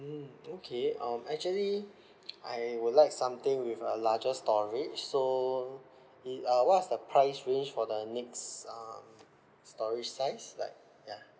okay um actually I would like something with a larger storage so it uh what is the price range for the next um storage size like ya